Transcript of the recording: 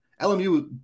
LMU